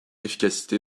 efficacité